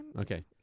Okay